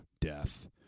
death